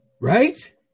Right